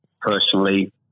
personally